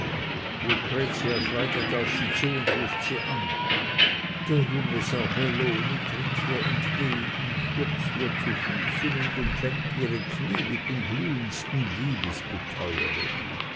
lucretia schreitet auf sie zu und ruft sie an der junge serbelloni tritt ihr entgegen stürzt ihr zu füßen und umfängt ihre kniee mit den glühendsten